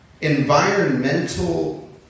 environmental